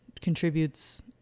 contributes